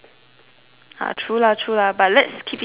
ah true lah true lah but let's keep it to that lah